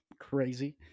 Crazy